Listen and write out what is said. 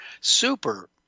Super